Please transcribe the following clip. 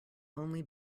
only